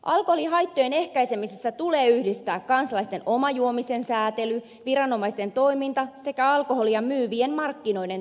alkoholihaittojen ehkäisemisessä tulee yhdistää kansalaisten oma juomisen säätely viranomaisten toiminta sekä alkoholia myyvien markkinoiden toimintatavat